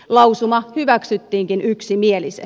lausuma hyväksyttiinkin yksimielisesti